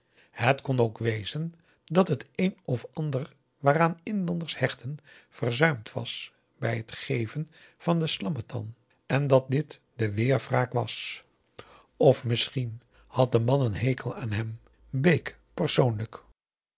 het kon ook wezen dat het een of ander waaraan inlanders hechten verzuimd was bij het geven van de slamettan en dat dit de weerwraak was of misschien had de man een hekel aan hem bake persoonlijk